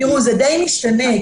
זה די משתנה,